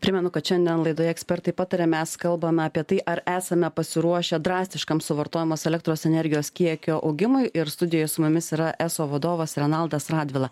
primenu kad šiandien laidoje ekspertai pataria mes kalbame apie tai ar esame pasiruošę drastiškam suvartojamos elektros energijos kiekio augimui ir studijoj su mumis yra eso vadovas renaldas radvila